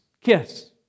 kiss